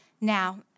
now